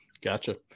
Gotcha